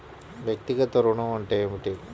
వ్యక్తిగత ఋణం అంటే ఏమిటి?